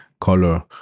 color